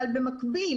אבל במקביל